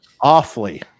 awfully